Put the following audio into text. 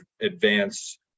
advance